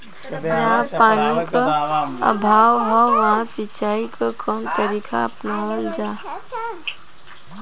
जहाँ पानी क अभाव ह वहां सिंचाई क कवन तरीका अपनावल जा?